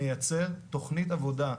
נייצר תוכנית עבודה,